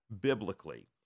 biblically